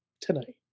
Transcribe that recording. tonight